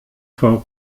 for